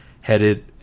headed